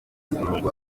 irungu